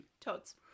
toads